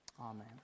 Amen